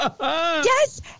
yes